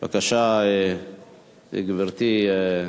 בבקשה, גברתי.